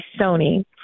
Sony